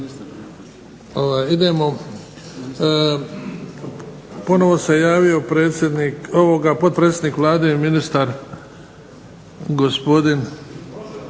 tu. Ponovno se javio potpredsjednik Vlade i ministar gospodin,